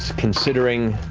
considering